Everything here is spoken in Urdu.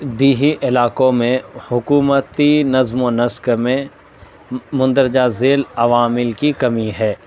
دیہی علاقوں میں حکومتی نظم و نسق میں مندرجہ ذیل عوامل کی کمی ہے